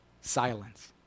Silence